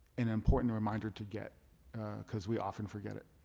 an important reminder to get because we often forget it.